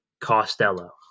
Costello